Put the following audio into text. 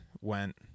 went